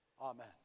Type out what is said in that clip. Amen